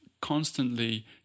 constantly